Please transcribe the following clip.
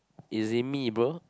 it it me bro